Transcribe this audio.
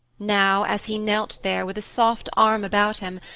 now, as he knelt there with a soft arm about him,